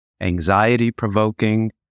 anxiety-provoking